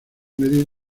medir